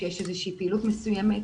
כשיש איזושהי פעילות מסוימת.